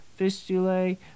fistulae